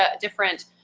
different